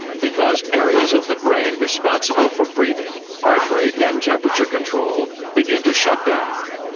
because areas of the brain responsible for breathing, heart rate and temperature control begin to shut down.